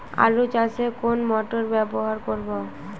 আলু চাষে কোন মোটর ব্যবহার করব?